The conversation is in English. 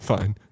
Fine